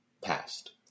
past